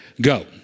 Go